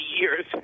years—